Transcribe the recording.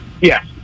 Yes